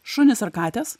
šunys ar katės